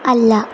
അല്ല